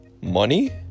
Money